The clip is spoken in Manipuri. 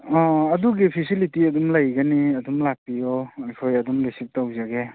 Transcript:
ꯑꯥ ꯑꯗꯨꯒꯤ ꯐꯦꯁꯤꯂꯤꯇꯤ ꯑꯗꯨꯝ ꯂꯩꯒꯅꯤ ꯑꯗꯨꯝ ꯂꯥꯛꯄꯤꯌꯣ ꯑꯩꯈꯣꯏ ꯑꯗꯨꯝ ꯔꯤꯁꯤꯞ ꯇꯧꯖꯒꯦ